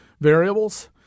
variables